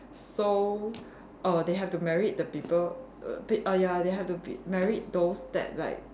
so err they have to married the people err p~ ah ya they have to p~ married those that like